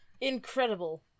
Incredible